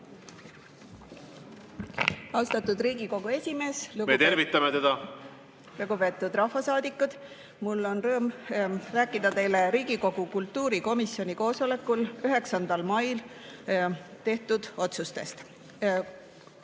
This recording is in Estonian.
Aitäh teile! Lugupeetud rahvasaadikud! Mul on rõõm rääkida teile Riigikogu kultuurikomisjoni koosolekul 9. mail tehtud otsustest.